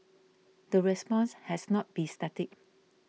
the response has not be static